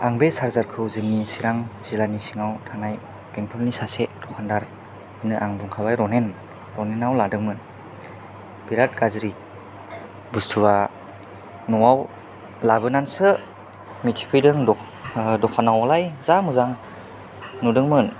आं बे चार्जार खौ जोंनि चिरां जिल्लानि सिङाव थानाय बेंथलनि सासे दखानदारनो आं बुंखाबाय रनेन रनेनाव लादोंमोन बिराथ गाज्रि बुस्थुवा न'आव लाबोनानैसो मिथिफैदों दखानावलाय जा मोजां नुदोंमोन